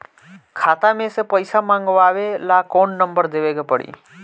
खाता मे से पईसा मँगवावे ला कौन नंबर देवे के पड़ी?